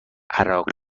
عراق